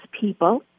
people